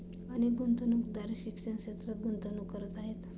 अनेक गुंतवणूकदार शिक्षण क्षेत्रात गुंतवणूक करत आहेत